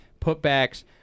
putbacks